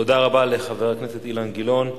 תודה רבה לחבר הכנסת אילן גילאון.